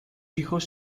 hijos